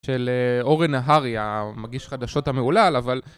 של אורן אהרי, המגיש חדשות המהולל, אבל...